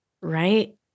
right